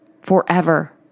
forever